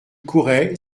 courait